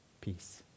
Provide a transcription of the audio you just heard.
peace